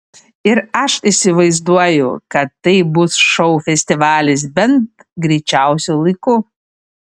ir aš įsivaizduoju kad tai bus šou festivalis bent greičiausiu laiku